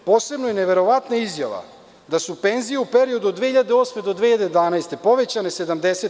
Posebno je neverovatna izjava da su penzije u periodu od 2008. do 2011. godine povećane 70%